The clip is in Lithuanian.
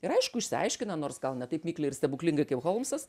ir aišku išsiaiškina nors gal ne taip mikliai ir stebuklingai kaip holmsas